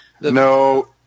No